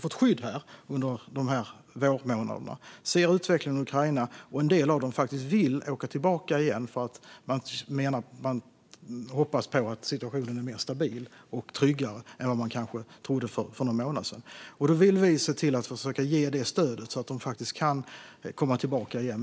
fått skydd här under de här vårmånaderna nu har sett utvecklingen i Ukraina, och en del av dem vill faktiskt åka tillbaka igen. De hoppas på att situationen är mer stabil och tryggare än de kanske trodde för någon månad sedan. Då vill vi försöka se till att ge stöd så att de kan komma tillbaka till sitt land.